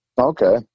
Okay